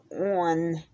on